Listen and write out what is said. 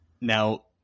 Now